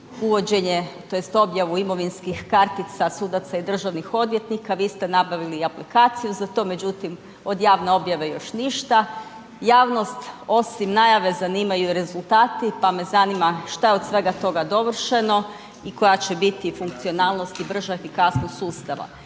uvođenje tj. objavu imovinskih kartica sudaca i državnih odvjetnika, vi ste nabavili i aplikaciju za to, međutim od javne objave još ništa. Javnost osim najave zanimaju i rezultati, pa me zanima šta je od svega toga dovršeno i koja će biti funkcionalnost i brža efikasnost sustava.